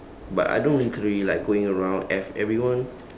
but I don't really like going around F everyone